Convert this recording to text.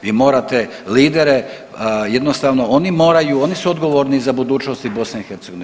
Vi morate lidere jednostavno oni moraju, oni su odgovorni za budućnosti BiH.